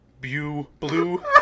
blue